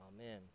amen